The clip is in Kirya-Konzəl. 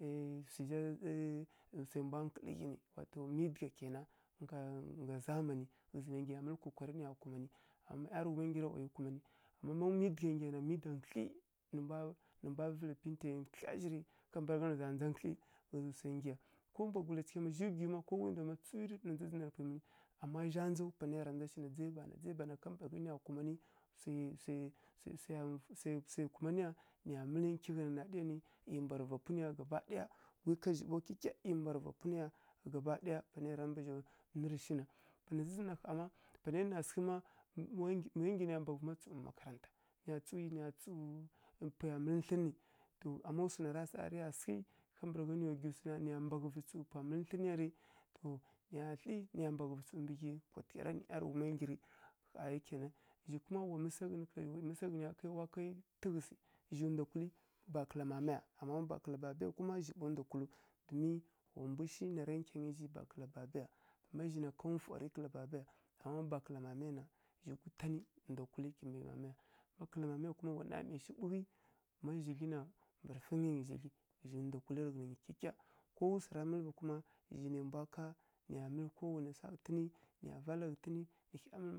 swu zha ˈyi swai mbwa nkǝlǝ pwai kena ngga zamani, ghǝzǝ nai nggyi ya nǝya kokari nǝya kumanǝ. Má ˈyarǝghuma nggyirǝ na wa yi kumanǝ. Má midǝgha nggya na, midǝgha nkǝthlyi nǝ mbwa nǝ mbwa zǝghǝ paintiya kǝthlya zhi rǝ kambǝragha nǝ za ndza kǝthlyi. Ghǝi zǝ swai nggyi ya, ko mbwagula cigha amma zhi gwiw ma amma zha ndzaw dzai bana dzai bana kambǝragha nǝya kumanǝ swai, swai, swai, swai, swai kumanǝ ya nǝya mǝlǝ unci ghǝna naɗǝya nǝ gwi ka zhi ɓaw ˈyi mbwarǝ vapunǝ ya kyikya, gwi ka zhi ɓaw ˈyi mbwarǝ vapunǝ ya gaba ɗaya panai ya ra mbara nurǝ shina, na ndza zǝn na ƙha amma panai ya sǝghǝ mma wa ya mma wa ya nggyi nǝya mbaghǝvǝ amma tsǝw mbǝ makaranta, nǝya tsǝw nǝya tsǝw rǝ pwai ya mǝlǝ thlǝnǝ rǝ, amma swu na ra sa rǝya sǝghǝ kambǝragha nǝya nggyi thǝna na nǝya mbaghǝvǝ tsǝw mpwai ya mǝlǝ thlǝn ya rǝ nǝya thli nǝya mbaghavǝ tsǝw mbǝ ghyi nǝ ˈyarǝghuma nggyirǝ ƙha yi kena. Zhi kuma wa mǝsaghǝn kǝla zhi wa mǝsaghǝn ya wa kai wa kai tǝghǝsǝ. Zhi ndwa kulǝ ba kǝla mamaya, amma bakǝla babaya kuma zhi ɓa ndwa kulǝw. Domin wa mbwi shi nara kyangǝ zhi bakǝla babaya. Má zhi na ká nfwarǝ kǝla babaya, ama ma bakǝla mamaya gutanǝ ndwa bakǝla mamaya, ma kǝla mamaya na wa namai shi ɓughǝ ma zhidlyi na mbǝrǝnfǝngǝ nyi zhidlyi zhi ndwa kulǝ rǝ ghǝna nyi kyikya. Ko wu swara mǝlǝ kuma zhi nai mbwa ká nǝya mǝlǝ ko wanai swa ghǝtǝnǝ nǝya vala ghǝtǝnǝ.